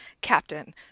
captain